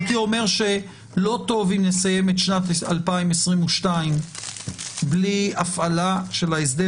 הייתי שאומר שלא טוב אם נסיים את שנת 2022 בלי הפעלה של ההסדר